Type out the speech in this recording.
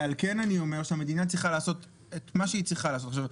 על כן אני אומר שהמדינה צריכה לעשות את מה שהיא צריכה לעשות.